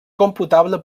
computable